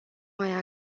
mai